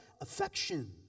affection